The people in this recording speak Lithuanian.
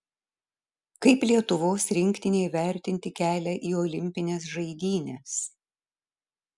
kaip lietuvos rinktinei vertinti kelią į olimpines žaidynes